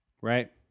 right